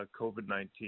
COVID-19